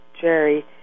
Jerry